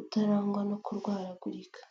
utarangwa no kurwaragurika.